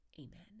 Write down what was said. amen